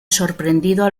sorprendido